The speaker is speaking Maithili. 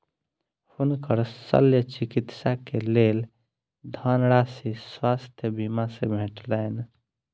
हुनकर शल्य चिकित्सा के लेल धनराशि स्वास्थ्य बीमा से भेटलैन